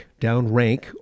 downrank